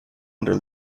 under